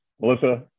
Melissa